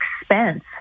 expense